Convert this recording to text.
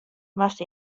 moast